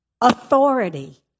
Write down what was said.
authority